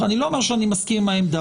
אני לא אומר שאני מסכים עם העמדה,